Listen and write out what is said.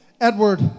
Edward